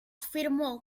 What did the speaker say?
firmó